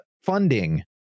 funding